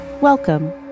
Welcome